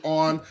on